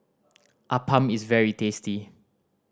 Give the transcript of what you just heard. appam is very tasty